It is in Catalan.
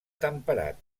temperat